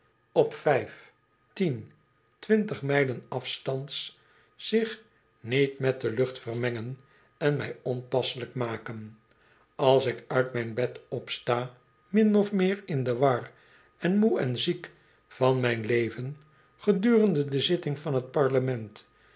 op vijf tien twintig mijlen afstands zich niet met de lucht vermengen en mij onpasselijk maken als ik uit mijn bed opsta min of meer in do war en moe en ziek van mijn leven gedurende de zitting van t parlement